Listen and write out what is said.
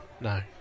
No